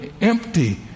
empty